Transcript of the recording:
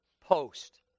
Post